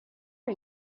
are